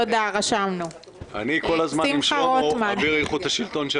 ח"כ שמחה רוטמן.